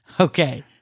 okay